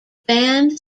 band